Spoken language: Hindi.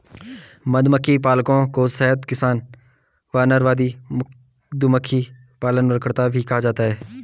मधुमक्खी पालकों को शहद किसान, वानरवादी, मधुमक्खी पालनकर्ता भी कहा जाता है